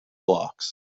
blocks